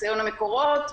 בחיסיון המקורות,